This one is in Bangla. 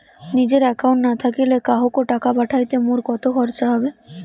নিজের একাউন্ট না থাকিলে কাহকো টাকা পাঠাইতে মোর কতো খরচা হবে?